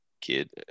kid